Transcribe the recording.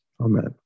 Amen